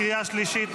קריאה שלישית,